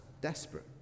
desperate